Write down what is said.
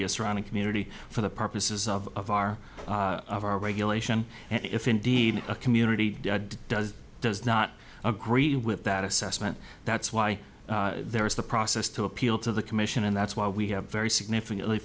be a surrounding community for the purposes of our of our regulation and if indeed a community does does not agree with that assessment that's why there is the process to appeal to the commission and that's why we have very significantly